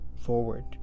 forward